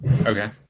Okay